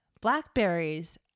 Blackberries